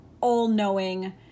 all-knowing